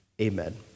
Amen